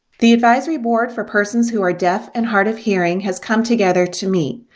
the advisory board for persons who are deaf and hard of hearing has come together to meet.